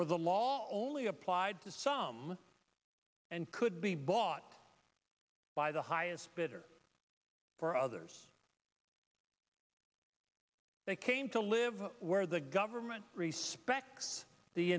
where the lawley applied to some and could be bought by the highest bidder for others they came to live where the government respect it's the